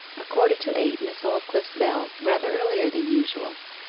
a quarter to eight miss aldclyffe's bell rather earlier than usual.